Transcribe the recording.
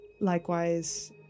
Likewise